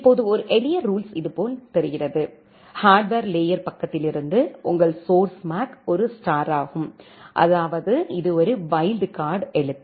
இப்போது ஒரு எளிய ரூல்ஸ் இதுபோல் தெரிகிறது ஹார்ட்வர் லேயர் பக்கத்தில் இருந்து உங்கள் சோர்ஸ் மேக் ஒரு ஸ்டார் ஆகும் அதாவது இது ஒரு வைல்ட் கார்டு எழுத்து